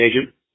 agent